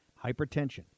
Hypertension